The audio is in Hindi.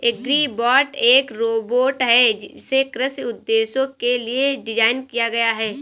एग्रीबॉट एक रोबोट है जिसे कृषि उद्देश्यों के लिए डिज़ाइन किया गया है